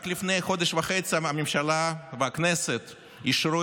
רק לפני חודש וחצי הממשלה והכנסת אישרו